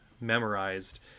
memorized